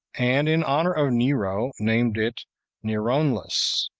and, in honor of nero, named it neronlas.